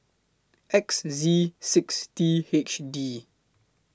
X Z six T H D